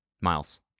miles